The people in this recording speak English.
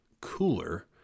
cooler